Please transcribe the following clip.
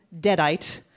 deadite